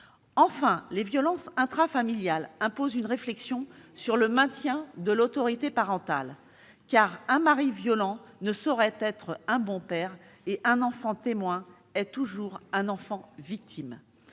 Enfin, les violences intrafamiliales imposent de réfléchir au maintien de l'autorité parentale, car un mari violent ne saurait être un bon père et un enfant témoin est toujours un enfant victime.